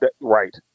Right